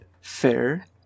Fair